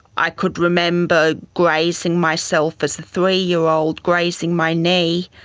i could remember grazing myself as a three-year-old, grazing my knee.